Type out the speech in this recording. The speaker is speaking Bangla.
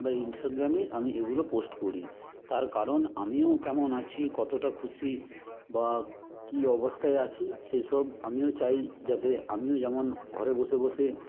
বা ইন্সটাগ্রামে আমি এগুলো পোস্ট করি তার কারণ আমিও কেমন আছি কতটা খুশি বা কী অবস্থায় আছি সেসব আমিও চাই যাতে আমিও যেমন ঘরে বসে বসে